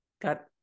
got